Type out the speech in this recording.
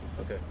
Okay